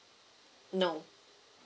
no